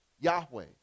Yahweh